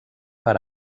per